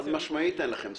חד-משמעית אין לכם סמכות.